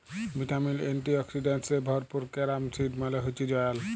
vitamin, antioxidants এ ভরপুর carom seed মালে হচ্যে জয়াল